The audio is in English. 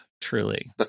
Truly